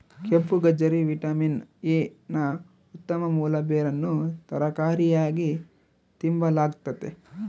ಕೆಂಪುಗಜ್ಜರಿ vitamin A ನ ಉತ್ತಮ ಮೂಲ ಬೇರನ್ನು ತರಕಾರಿಯಾಗಿ ತಿಂಬಲಾಗ್ತತೆ